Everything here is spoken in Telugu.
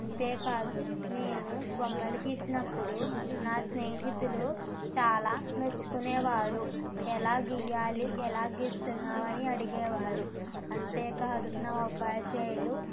అంతేకాదు నేను బొమ్మల గీసినప్పుడు నా స్నేహితులు చాలా మెచ్చుకునేవారు ఎలా గీయాలి ఎలా గీస్తున్నావు అని అడిగేవారు అంతేకాదు నా ఉపాధ్యాయులు